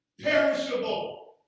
Perishable